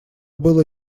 было